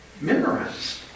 memorized